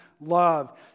love